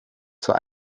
zur